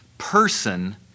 person